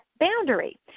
boundary